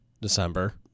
December